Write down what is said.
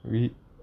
really